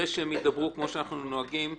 ואחרי שהם ידברו, כמו שאנחנו נוהגים,